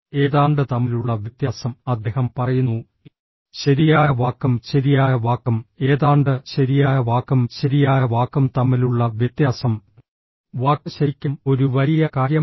ഏതാണ്ട് തമ്മിലുള്ള വ്യത്യാസം അദ്ദേഹം പറയുന്നു ശരിയായ വാക്കും ശരിയായ വാക്കും ഏതാണ്ട് ശരിയായ വാക്കും ശരിയായ വാക്കും തമ്മിലുള്ള വ്യത്യാസം വാക്ക് ശരിക്കും ഒരു വലിയ കാര്യമാണ്